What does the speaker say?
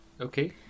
Okay